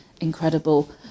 incredible